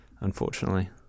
unfortunately